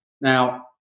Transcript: Now